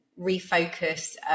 refocus